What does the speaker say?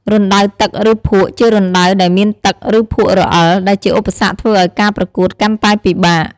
រណ្តៅទឹក ឬភក់ ជារណ្តៅដែលមានទឹក ឬភក់រអិល ដែលជាឧបសគ្គធ្វើឲ្យការប្រកួតកាន់តែពិបាក។